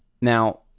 Now